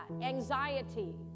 anxiety